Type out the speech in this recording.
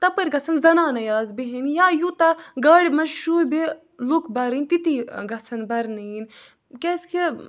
تہٕ تَپٲرۍ گژھَن زَنانَے یاژٕ بیٚہنۍ یا یوٗتاہ گاڑِ منٛز شوٗبہِ لوٗکھ بھَرٕنۍ تِتی ٲں گژھَن بھَرٕنہٕ یِنۍ کیٛازِکہِ